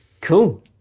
cool